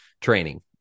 training